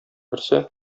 берсе